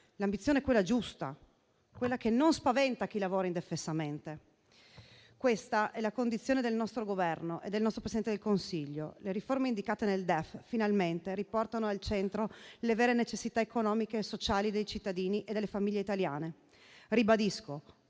L'ambizione è quella giusta, che non spaventa chi lavora indefessamente. Questa è la condizione del nostro Governo e del nostro Presidente del Consiglio. Le riforme indicate nel DEF finalmente riportano al centro le vere necessità economiche e sociali dei cittadini e delle famiglie italiane.